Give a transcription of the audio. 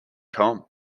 tom